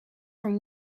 from